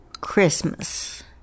Christmas